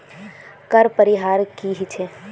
कर परिहार की ह छेक